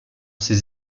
ses